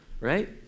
right